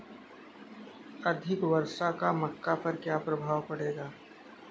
अधिक वर्षा का मक्का पर क्या प्रभाव पड़ेगा?